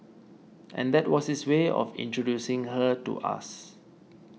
and that was his way of introducing her to us